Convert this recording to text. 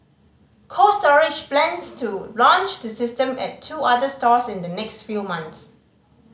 Cold Storage plans to launch the system at two other stores in the next few months